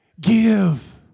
Give